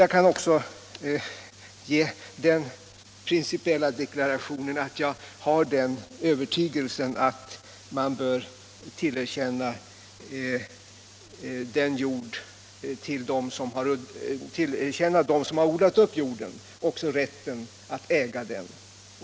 Jag kan avge den principiella deklarationen att jag har den övertygelsen att de som har odlat upp jorden också bör få möjlighet att känna tillfredsställelsen i att äga den.